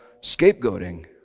scapegoating